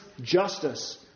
justice